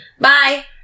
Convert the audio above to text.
bye